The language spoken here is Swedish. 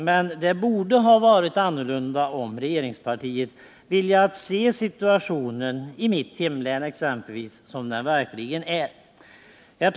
Men det borde ha varit annorlunda, om regeringspartiet hade velat se situationen i exempelvis mitt hemlän som den verkligen är.